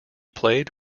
played